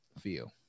feel